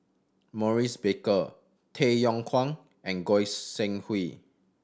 Maurice Baker Tay Yong Kwang and Goi Seng Hui